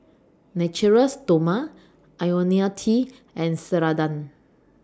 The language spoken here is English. Natura Stoma Ionil T and Ceradan